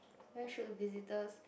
where should the visitors